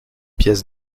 pièces